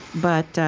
but,